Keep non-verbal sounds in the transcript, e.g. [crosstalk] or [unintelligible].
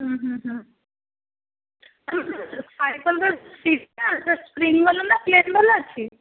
[unintelligible] ସାଇକେଲ୍ର ସିଟ୍ଟା ସେଟା ସ୍କ୍ରିନ୍ ବାଲା ନା ପ୍ଲେନ୍ ବାଲା ଅଛି